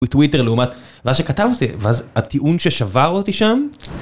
וטוויטר לעומת מה שכתבתי, ואז הטיעון ששבר אותי שם...